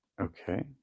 okay